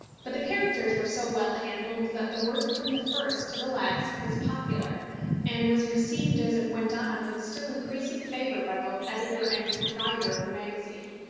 but the characters were so well handled, that the work from the first to the last was popular and was received as it went on with still increasing favour by both editor and proprietor of the magazine.